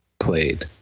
Played